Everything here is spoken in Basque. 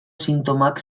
sintomak